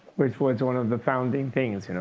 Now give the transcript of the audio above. which was one of the founding things. you know